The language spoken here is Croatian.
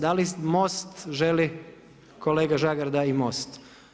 Da li MOST želi, kolega Žagar, da i MOST.